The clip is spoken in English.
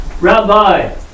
Rabbi